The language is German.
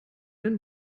den